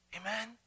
Amen